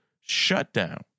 shutdown